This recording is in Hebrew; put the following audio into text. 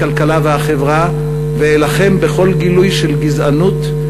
הכלכלה והחברה ואלחם בכל גילוי של גזענות,